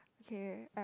okay I will